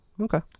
Okay